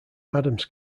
adams